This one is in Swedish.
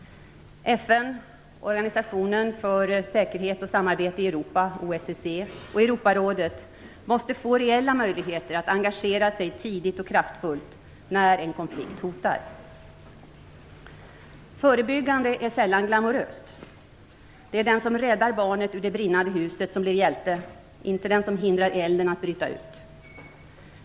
FN, Organisationen för säkerhet och samarbete i Europa och Europarådet måste få de reella möjligheterna att engagera sig tidigt och kraftfullt när en konflikt hotar. Förebyggande är sällan glamoröst. Det är den som räddar barnet ur det brinnande huset som blir hjälte - inte den som hindrar elden att bryta ut.